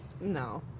No